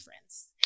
friends